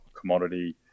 commodity